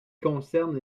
concerne